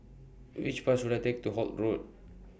Which Bus should I Take to Holt Road